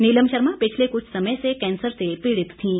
नीलम शर्मा पिछले कुछ समय से कैंसर से पीड़ित थीं